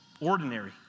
Ordinary